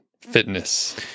fitness